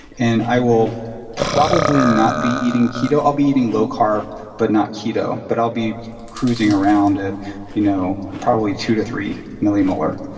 and i will probably not be eating keto. i'll be eating low-carb but not keto. but i'll be cruising around at you know probably two to three millimolar,